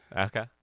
Okay